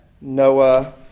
Noah